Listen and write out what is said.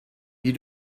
you